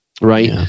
Right